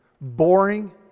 boring